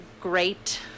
great